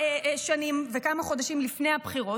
וכמה חודשים לפני הבחירות,